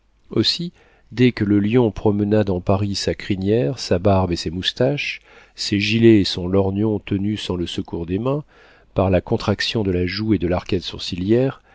aussi dès que le lion promena dans paris sa crinière sa barbe et ses moustaches ses gilets et son lorgnon tenu sans le secours des mains par la contraction de la joue et de l'arcade sourcilière